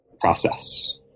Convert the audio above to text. process